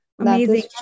Amazing